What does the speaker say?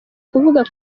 kuvuga